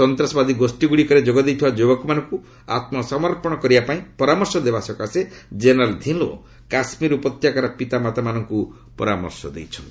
ସନ୍ତାସବାଦୀ ଗୋଷ୍ଠୀ ଗୁଡ଼ିକରେ ଯୋଗ ଦେଇଥିବା ଯୁବକମାନଙ୍କୁ ଆତ୍ମସମର୍ପଣ କରିବା ପାଇଁ ପରାମର୍ଶ ଦେବା ସକାଶେ ଜେନେରାଲ ଧିଲୌ କାଶ୍ରୀର ଉପତ୍ୟାକାର ପିତାମାତାମାନଙ୍କୁ ପରାମର୍ଶ ଦେଇଛନ୍ତି